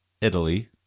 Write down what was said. Italy